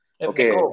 Okay